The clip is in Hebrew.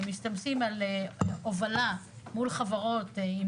מסתמכים על הובלה מול חברות עם